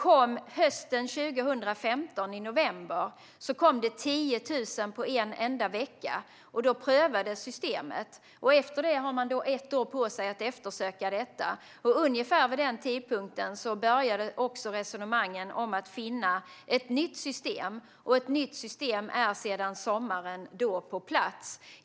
Hösten 2015 kom det 10 000 på en enda vecka i november. Då prövades systemet. Efter det har man alltså ett år på sig att eftersöka detta. Ungefär vid den tidpunkten började också resonemangen om att finna ett nytt system. Och ett nytt system är på plats sedan sommaren.